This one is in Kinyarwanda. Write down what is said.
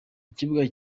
ikibuga